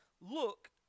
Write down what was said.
Look